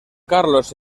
carlos